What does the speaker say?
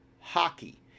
hockey